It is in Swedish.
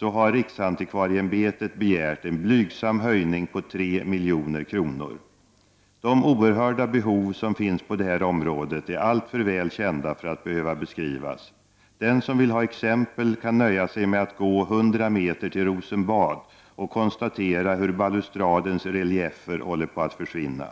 har riksantikvarieämbetet begärt en blygsam höjning på 3 milj.kr. De oerhörda behov som finns på det här området är alltför väl kända för att behöva beskrivas. Den som vill ha exempel kan nöja sig med att gå 100 meter till Rosenbad och konstatera hur balustradens reliefer håller på att försvinna.